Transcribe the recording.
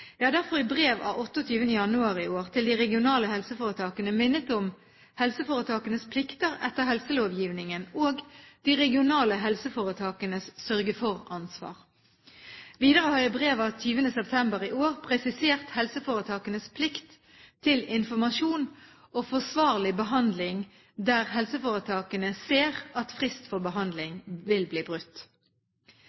Jeg har derfor i brev av 28. januar i år til de regionale helseforetakene minnet om helseforetakenes plikter etter helselovgivningen og de regionale helseforetakenes sørge-for-ansvar. Videre har jeg i brev av 20. september i år presisert helseforetakenes plikt til informasjon og forsvarlig behandling der helseforetakene ser at frist for behandling